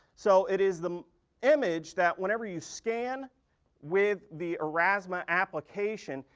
so it is the image that whenever you scan with the aurasma application,